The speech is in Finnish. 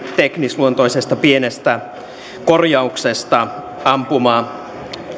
teknisluontoisesta pienestä korjauksesta ampuma